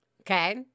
Okay